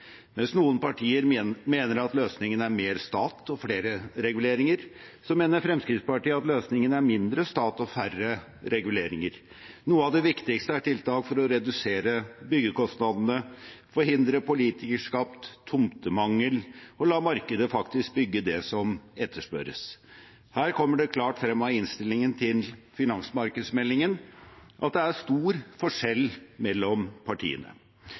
Mens noen partier mener at løsningen er mer stat og flere reguleringer, mener Fremskrittspartiet at løsningen er mindre stat og færre reguleringer. Noe av det viktigste er tiltak for å redusere byggekostnadene, forhindre politikerskapt tomtemangel og la markedet faktisk bygge det som etterspørres. Her kommer det klart frem av innstillingen til finansmarkedsmeldingen at det er store forskjeller mellom partiene.